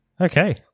Okay